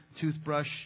toothbrush